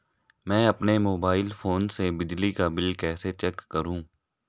मैं अपने mobile phone से बिजली का बिल कैसे चेक करूं?